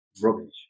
rubbish